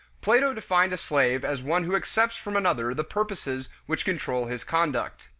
plato defined a slave as one who accepts from another the purposes which control his conduct.